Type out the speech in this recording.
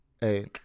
Hey